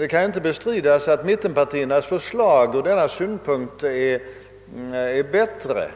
Det kan inte bestridas att mittenpartiernas förslag ur denna synpunkt är bättre.